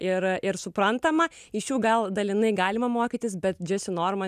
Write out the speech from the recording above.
ir ir suprantama iš jų gal dalinai galima mokytis bet džesinorman yra